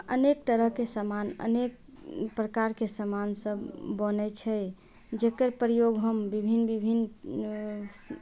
अनेक तरहके समान अनेक प्रकारके समान सभ बनै छै जेकर प्रयोग हम विभिन्न विभिन्न